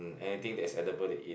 anything that is edible they eat